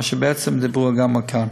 מה שבעצם אמרו גם כאן.